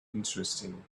interesting